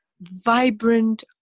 vibrant